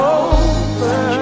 over